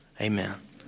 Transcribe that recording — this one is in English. Amen